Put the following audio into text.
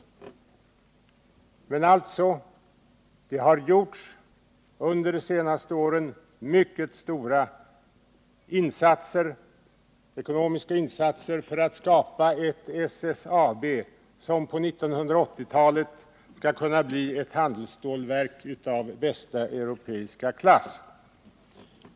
Det har alltså under de senaste åren gjorts mycket stora ekonomiska insatser för att skapa ett SSAB som på 1980-talet skall kunna bli ett handelsstålverk av bästa europeiska klass.